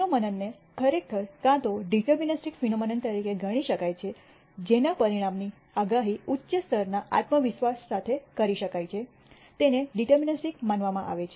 ફિનોમનનને ખરેખર કાં તો ડિટર્મનિસ્ટિક ફિનોમનન તરીકે ગણી શકાય છે જેના પરિણામની આગાહી ઉચ્ચ સ્તરના આત્મવિશ્વાસ સાથે કરી શકાય છે તેને ડિટર્મનિસ્ટિક માનવામાં આવે છે